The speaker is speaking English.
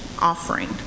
offering